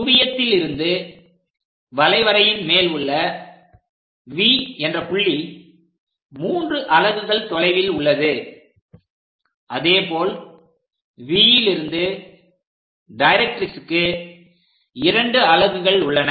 குவியத்திலிருந்து வளைவரையின் மேல் உள்ள V என்ற புள்ளி 3 அலகுகள் தொலைவில் உள்ளது அதேபோல் V லிருந்து டைரக்ட்ரிக்ஸ்க்கு 2 அலகுகள் உள்ளன